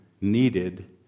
needed